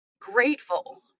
grateful